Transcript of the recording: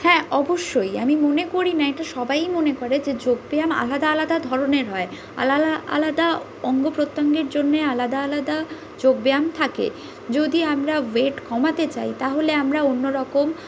হ্যাঁ অবশ্যই আমি মনে করি না এটা সবাই মনে করে যে যোগব্যায়াম আলাদা আলাদা ধরনের হয় আলাদা অঙ্গ প্রত্যঙ্গের জন্যে আলাদা আলাদা যোগব্যায়াম থাকে যদি আমরা ওয়েট কমাতে চাই তাহলে আমরা অন্য রকম